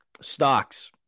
stocks